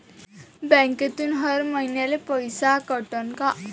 बँकेतून हर महिन्याले पैसा कटन का?